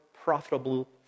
profitable